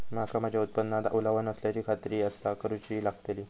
मका माझ्या उत्पादनात ओलावो नसल्याची खात्री कसा करुची लागतली?